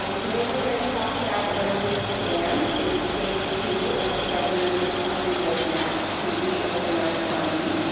um today, we're going to talk about where we stand in stage two of the governor's recovery roadmap to reopen our economy.